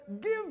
give